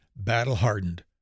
battle-hardened